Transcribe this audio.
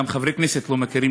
גם חברי כנסת לא מכירים,